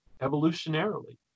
evolutionarily